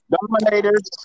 Dominators